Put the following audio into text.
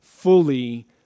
Fully